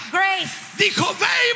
grace